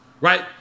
right